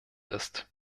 ist